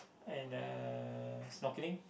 and uh snorkeling